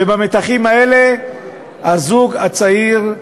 ובמתחים האלה הזוג הצעיר,